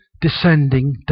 descending